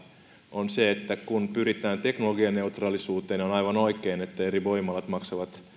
on se että kun pyritään teknologianeutraalisuuteen on aivan oikein että eri voimalat maksavat